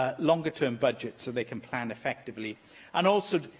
ah longer term budgets so they can plan effectively and also